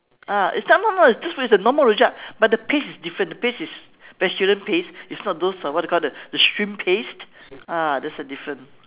uh it's some more you know taste like a normal rojak but the paste is different the paste is vegetarian paste is not those what they call the the shrimp paste uh that's the different